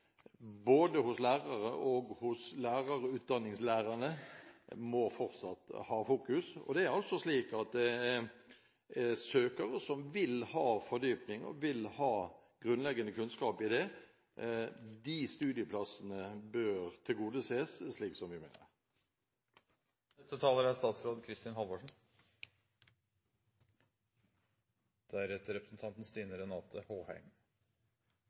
både hos lærerne og hos lærerutdanningslærerne – må fortsatt ha fokus. Det er altså slik at søkere som vil ha fordypning, som vil ha grunnleggende kunnskap i det, bør tilgodeses med studieplasser. Jeg tror det er klokt å beholde den måten vi